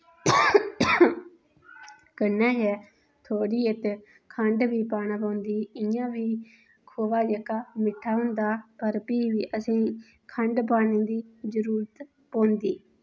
कन्नै गै थोड़ी इत्त खण्ड बी पाना पौंदी इ'यां बी खोआ जेह्का मिट्ठा होंदा पर फ्ही बी असें खण्ड पाने दी जरूरत पौंदी